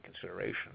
consideration